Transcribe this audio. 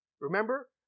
Remember